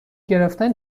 گرفتن